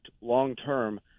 long-term